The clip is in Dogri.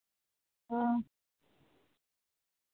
हां